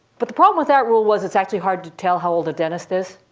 but the problem with that rule was it's actually hard to tell how old a dentist is.